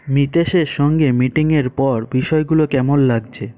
মিতেশের সঙ্গে মিটিংয়ের পর বিষয়গুলো কেমন লাগছে